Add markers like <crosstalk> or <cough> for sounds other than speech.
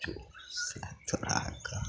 सिला <unintelligible> थोड़ा